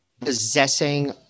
possessing